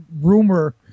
rumor